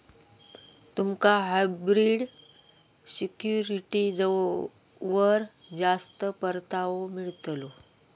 तुमका हायब्रिड सिक्युरिटीजवर जास्त परतावो मिळतलो